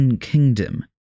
kingdom